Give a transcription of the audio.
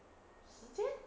时间